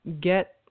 get